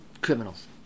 criminals